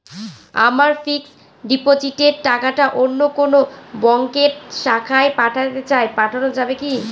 আমার ফিক্সট ডিপোজিটের টাকাটা অন্য কোন ব্যঙ্কের শাখায় পাঠাতে চাই পাঠানো যাবে কি?